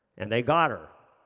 and they got her.